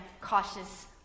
cautious